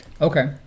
Okay